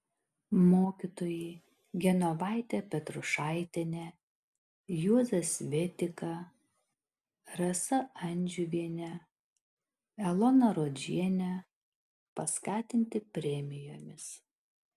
mokytojai genovaitė petrušaitienė juozas svetika rasa andžiuvienė elona rodžienė paskatinti premijomis